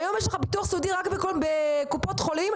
היום יש לך ביטוח סיעודי רק בקופות חולים.